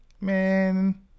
Man